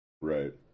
Right